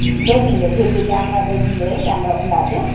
دیکھیں گے پھر بھی کیمرہ دیکھیں گے کیمرہ کھلا کے